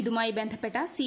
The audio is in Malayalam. ഇതുമായി ബന്ധപ്പെട്ട സ്സി